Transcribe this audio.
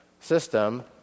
system